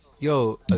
Yo